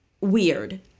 weird